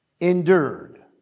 endured